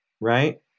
right